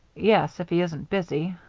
yes, if he isn't busy.